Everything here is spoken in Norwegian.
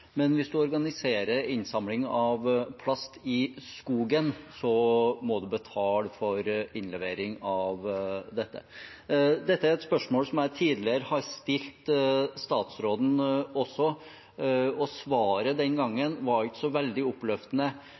men hvis man organiserer innsamling av plast i skogen, må man betale for innlevering av dette. Dette er et spørsmål som jeg også tidligere har stilt statsråden, og svaret den gangen var ikke så veldig oppløftende.